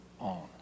on